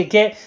Get